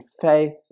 faith